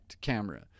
camera